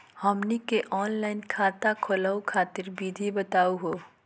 हमनी के ऑनलाइन खाता खोलहु खातिर विधि बताहु हो?